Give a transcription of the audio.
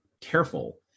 careful